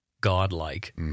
godlike